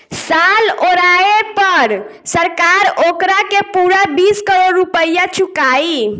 साल ओराये पर सरकार ओकारा के पूरा बीस करोड़ रुपइया चुकाई